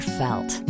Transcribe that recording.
felt